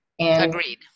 Agreed